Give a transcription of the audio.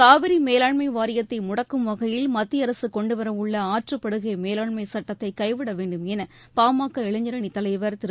காவிரி மேலாண்மை வாரியத்தை முடக்கும் வகையில் மத்திய அரசு கொண்டுவரவுள்ள ஆற்றுப்படுகை மேலாண்மைச் சட்டத்தை கைவிட வேண்டும் என பாமக இளைஞரணித் தலைவர் திரு